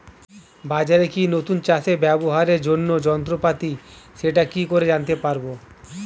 বাজারে কি নতুন চাষে ব্যবহারের জন্য যন্ত্রপাতি সেটা কি করে জানতে পারব?